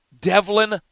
Devlin